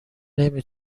نمی